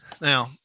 now